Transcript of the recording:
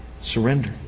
Surrender